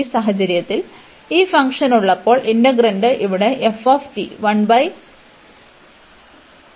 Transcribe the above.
ഈ സാഹചര്യത്തിൽ ഈ ഫംഗ്ഷൻ ഉള്ളപ്പോൾ ഇന്റെഗ്രാന്റ് ഇവിടെ f ആയിരുന്നു